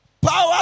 power